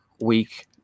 week